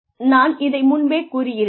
நான் இதை முன்பே கூறி இருந்தேன்